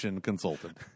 consultant